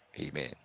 amen